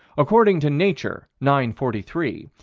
according to nature, nine forty three,